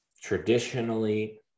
traditionally